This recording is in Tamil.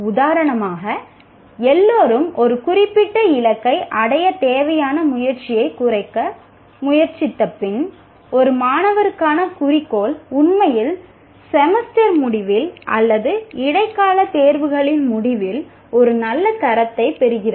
உதாரணமாக எல்லோரும் ஒரு குறிப்பிட்ட இலக்கை அடைய தேவையான முயற்சியைக் குறைக்க முயற்சித்தபின் ஒரு மாணவருக்கான குறிக்கோள் உண்மையில் செமஸ்டர் முடிவில் அல்லது இடைக்கால தேர்வுகளின் முடிவில் ஒரு நல்ல தரத்தைப் பெறுகிறது